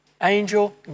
angel